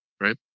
right